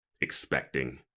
expecting